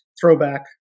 throwback